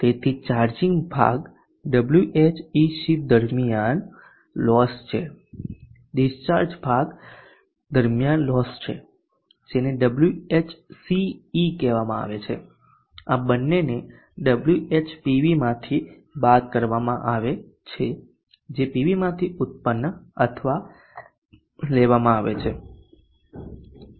તેથી ચાર્જિંગ ભાગ Whec દરમ્યાન લોસ છે ડિસ્ચાર્જ ભાગ દરમ્યાન લોસ છે જેને Whce કહેવામાં આવે છે અને આ બંનેને WhPV માંથી બાદ કરવામાં આવે છે જે પીવી માંથી ઉત્પન્ન અથવા લેવામાં આવે છે